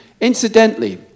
Incidentally